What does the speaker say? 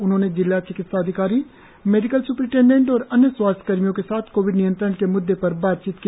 उन्होंने जिला चिकित्सा अधिकारी मेडिकल स्परिटेडेंट और अन्य स्वास्थ्य कर्मियों के साथ कोविड नियंत्रण के मुद्दे पर बातचीत की